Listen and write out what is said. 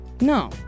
No